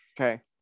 Okay